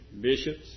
Bishops